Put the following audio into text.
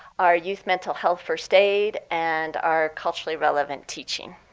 our youth mental health first aid, and our culturally relevant teaching.